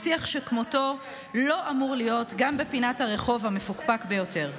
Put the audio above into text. שיח שכמותו לא אמור להיות גם בפינת הרחוב המפוקפק ביותר.